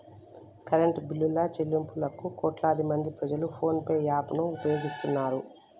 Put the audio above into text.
current బిల్లుల చెల్లింపులకు కోట్లాదిమంది ప్రజలు ఫోన్ పే యాప్ ను ఉపయోగిస్తున్నారు